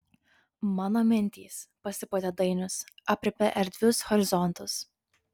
mano mintys pasipūtė dainius aprėpia erdvius horizontus